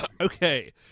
Okay